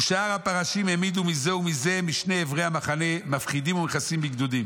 ושאר הפרשים העמידו מזה ומזה משני עברי המחנה מפחידים ומכוסים בגדודים.